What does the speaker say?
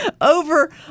Over